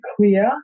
clear